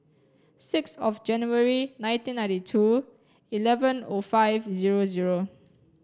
six of January nineteen ninety two eleven O five zero zero